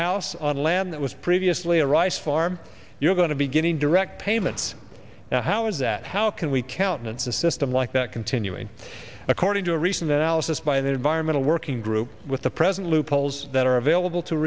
house on land that was previously a rice farm you're going to be getting direct payments now how is that how can we countenance a system like that continuing according to a recent analysis by the environmental working group with the present loopholes that are available to